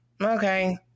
okay